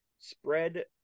spread